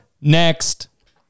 next